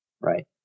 right